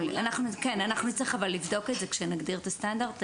אנחנו נצטרך לבדוק את זה עת נגדיר את הסטנדרט.